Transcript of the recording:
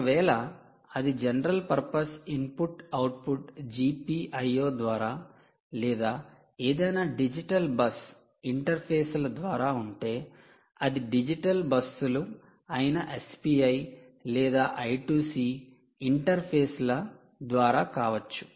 ఒకవేళ అది general purpose input output GPIO ద్వారా లేదా ఏదైనా డిజిటల్ బస్ ఇంటర్ఫేస్ల ద్వారా ఉంటే అది డిజిటల్ బస్సులు అయిన SPI లేదా I2C ఇంటర్ఫేస్ల ద్వారా కావచ్చు